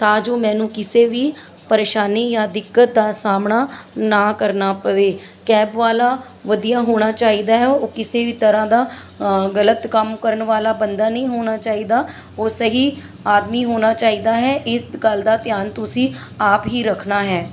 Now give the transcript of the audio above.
ਤਾਂ ਜੋ ਮੈਨੂੰ ਕਿਸੇ ਵੀ ਪਰੇਸ਼ਾਨੀ ਜਾਂ ਦਿਕਤ ਦਾ ਸਾਹਮਣਾ ਨਾ ਕਰਨਾ ਪਵੇ ਕੈਬ ਵਾਲਾ ਵਧੀਆ ਹੋਣਾ ਚਾਹੀਦਾ ਹੈ ਉਹ ਕਿਸੇ ਵੀ ਤਰ੍ਹਾਂ ਦਾ ਗਲਤ ਕੰਮ ਕਰਨ ਵਾਲਾ ਬੰਦਾ ਨਹੀਂ ਹੋਣਾ ਚਾਹੀਦਾ ਉਹ ਸਹੀ ਆਦਮੀ ਹੋਣਾ ਚਾਹੀਦਾ ਹੈ ਇਸ ਗੱਲ ਦਾ ਧਿਆਨ ਤੁਸੀਂ ਆਪ ਹੀ ਰੱਖਣਾ ਹੈ